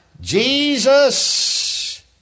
Jesus